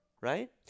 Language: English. Right